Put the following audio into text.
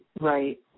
right